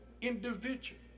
individual